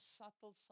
subtle